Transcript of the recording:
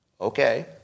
Okay